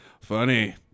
funny